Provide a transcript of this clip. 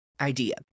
idea